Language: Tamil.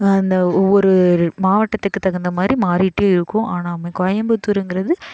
அந்த ஒவ்வொரு மாவட்டத்துக்கு தகுந்த மாதிரி மாறிகிட்டே இருக்கும் ஆனால் வந்து கோயம்புத்தூருங்கிறது